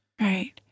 right